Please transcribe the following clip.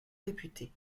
réputée